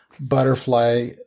butterfly